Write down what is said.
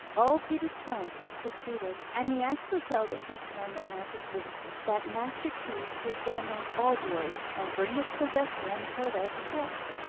all peter's plans had succeeded, and he actually held in his hand the magic root that master-key which would unlock all doors, and bring its possessor unheard-of luck.